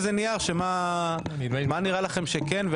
איזה נייר שמה נראה לכם שכן,